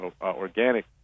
organic